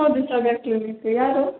ಹೌದು ಸದಾ ಕ್ಲಿನಿಕ್ಕು ಯಾರು